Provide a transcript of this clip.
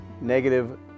negative